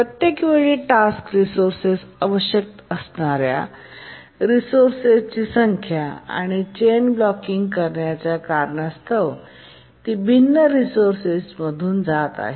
प्रत्येक वेळी task resources आवश्यकता असणार्या रिसोर्सेस संख्या आणि चैन ब्लॉकिंग करण्याच्या कारणास्तव किंवा ती भिन्न रिसोर्सेस मधून जात आहे